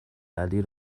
علی